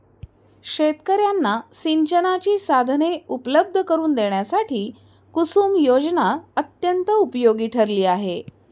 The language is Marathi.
शेतकर्यांना सिंचनाची साधने उपलब्ध करून देण्यासाठी कुसुम योजना अत्यंत उपयोगी ठरली आहे